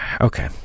Okay